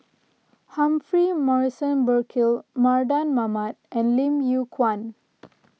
Humphrey Morrison Burkill Mardan Mamat and Lim Yew Kuan